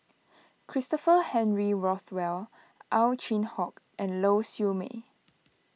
Christopher Henry Rothwell Ow Chin Hock and Lau Siew Mei